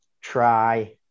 try